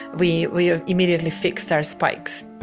we we ah immediately fixed our spikes